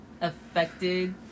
affected